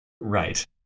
Right